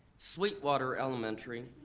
sweetwater elementary,